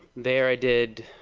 there i did,